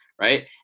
right